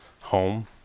home